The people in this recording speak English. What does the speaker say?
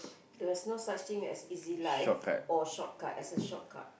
there's no such thing as easy life or shortcut as a shortcut